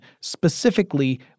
specifically